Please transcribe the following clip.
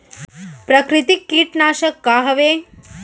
प्राकृतिक कीटनाशक का हवे?